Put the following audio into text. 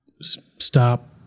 stop